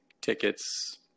tickets